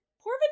poor